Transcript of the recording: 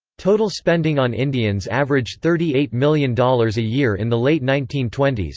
total spending on indians averaged thirty eight million dollars a year in the late nineteen twenty s,